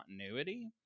continuity